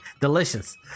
Delicious